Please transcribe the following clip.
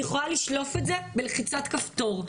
היא יכולה לשלוף את זה בלחיצת כפתור.